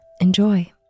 Enjoy